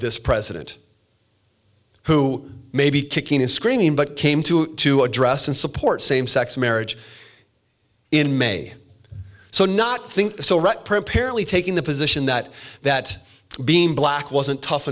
this president who may be kicking and screaming but came to to address and support same sex marriage in may so not think so right prepare lee taking the position that that beam black wasn't tough